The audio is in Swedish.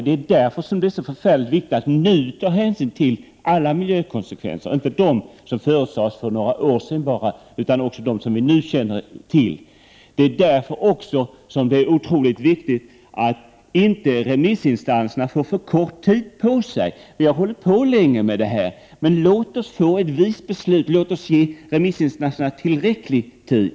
Det är därför det är så förfärligt viktigt att nu ta hänsyn till alla miljökonsekvenser, alltså inte bara till dem som förutsades för några år sedan utan även till dem som vi nu känner till. Det är också därför som det är otroligt viktigt att inte remissinstanserna får för kort tid på sig. Vi har hållit på länge med det här, men låt oss få ett vist beslut. Låt oss ge remissinstanserna tillräcklig tid!